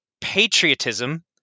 patriotism